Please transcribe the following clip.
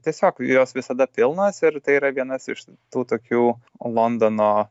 tiesiog jos visada pilnos ir tai yra vienas iš tų tokių londono